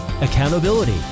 accountability